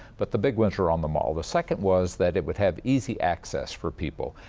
but the big ones are on the mall. the second was that it would have easy access for people.